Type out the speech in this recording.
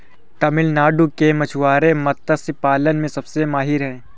तमिलनाडु के मछुआरे मत्स्य पालन में सबसे माहिर हैं